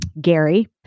Gary